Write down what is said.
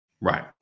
Right